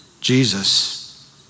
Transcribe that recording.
Jesus